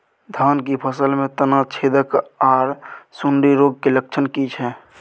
धान की फसल में तना छेदक आर सुंडी रोग के लक्षण की छै?